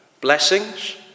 Blessings